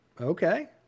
Okay